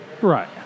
Right